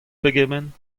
pegement